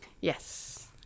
Yes